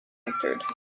answered